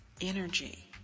energy